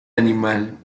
animal